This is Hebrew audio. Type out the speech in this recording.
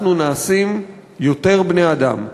אנחנו נעשים יותר בני-אדם,